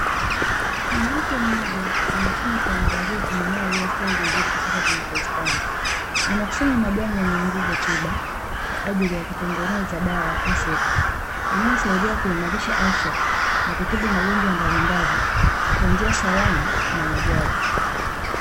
Mwanamke mmoja anachuma kwa uangalifu mimea iliyostawi vizuri kutoka kwenye bustani, anakusanya majani yenye nguvu tiba, kwa ajili ya kutengeneza dawa ya asili, inayosaidia kuimarisha afya na kutibu magonjwa mbalimbali, kwa njia salama na ya jadi.